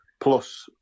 Plus